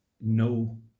no